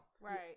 right